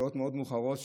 בשעות מאוחרות מאוד,